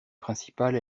principale